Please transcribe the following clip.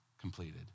completed